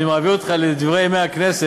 אני מעביר אותך ל"דברי הכנסת",